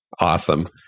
awesome